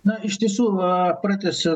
na ištisu na pratęsiu